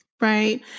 Right